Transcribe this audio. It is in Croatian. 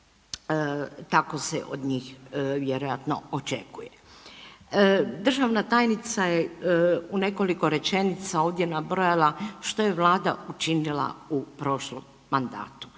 tako se od njih vjerojatno očekuje. Državna tajnice je u nekoliko rečenica ovdje nabrojala što je Vlada učinila u prošlom mandatu.